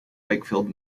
wakefield